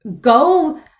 go